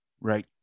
Right